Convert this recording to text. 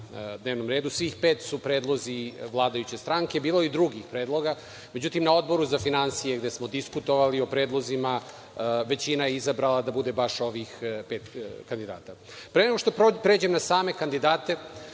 dnevnom redu. Svih pet su predlozi vladajuće stranke, bilo je i drugih predloga. Međutim, na Odboru za finansije, gde smo diskutovali o predlozima, većina je izabrala da bude baš ovih pet kandidata. Pre nego što pređem na same kandidate